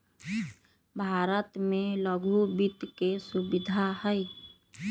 भारत में लघु वित्त के सुविधा हई